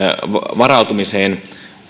varautumiseen